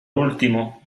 último